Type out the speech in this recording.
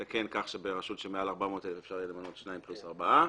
000 אפשר יהיה למנות שניים פלוס חמישה.